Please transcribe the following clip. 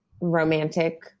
romantic